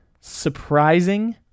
surprising